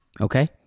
okay